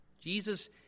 Jesus